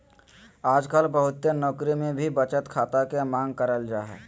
आजकल बहुते नौकरी मे भी बचत खाता के मांग करल जा हय